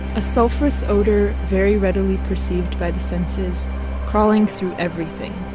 a sulfurous odor very readily perceived by the senses crawling through everything,